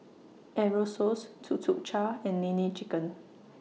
Aerosoles Tuk Tuk Cha and Nene Chicken